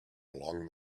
along